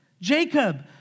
Jacob